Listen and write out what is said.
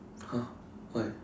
!huh! why